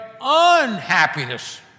unhappiness